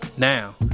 now,